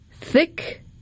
thick